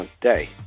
day